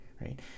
right